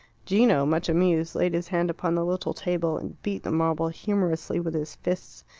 gino, much amused, laid his hand upon the little table, and beat the marble humorously with his fists.